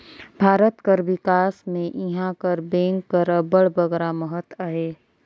भारत कर बिकास में इहां कर बेंक कर अब्बड़ बगरा महत अहे